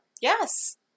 Yes